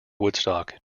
woodstock